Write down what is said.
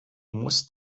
musst